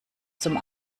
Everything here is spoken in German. zum